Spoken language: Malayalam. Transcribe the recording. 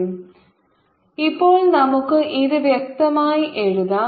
k MLT 2I 2I2L2I1ML3T 3LL4 ഇപ്പോൾ നമുക്ക് ഇത് വ്യക്തമായി എഴുതാം